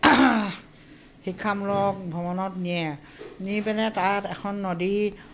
শিক্ষামূলক ভ্ৰমণত নিয়ে নি পেনাই তাত এখন নদী